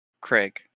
Craig